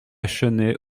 chenée